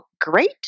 great